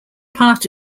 part